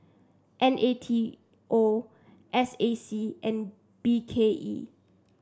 N A T O S A C and B K E